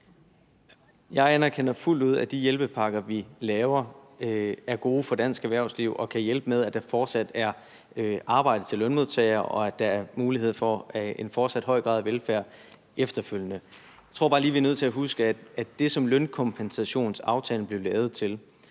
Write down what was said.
Jeg anerkender fuldt ud, at de hjælpepakker, vi laver, er gode for dansk erhvervsliv og kan hjælpe med, at der fortsat er arbejde til lønmodtagere, og at der er mulighed for en fortsat høj grad af velfærd efterfølgende. Jeg tror bare lige, vi er nødt til at huske, at det, som lønkompensationsaftalen blev lavet til,